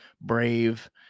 Brave